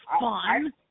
fun